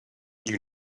you